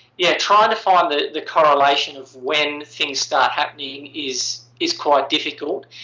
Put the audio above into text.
yeah trying to find the the correlation of when things start happening is is quite difficult,